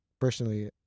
personally